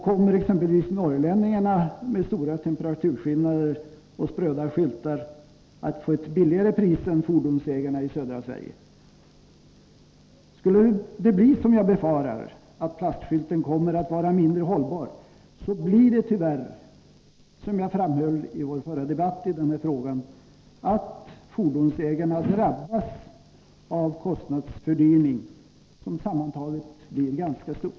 Kommer exempelvis norrlänningarna, med hänsyn till de stora temperaturskillnaderna och de spröda skyltarna, att få betala ett lägre pris än fordonsägarna i södra Sverige? Skulle det bli som jag befarar — att plastskyltarna kommer att vara mindre hållbara — kommer tyvärr fordonsägarna, som jag framhöll i vår förra debatt i denna fråga, att drabbas av en kostnadsfördyring som sammantaget blir ganska stor.